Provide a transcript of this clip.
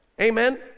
amen